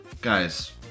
guys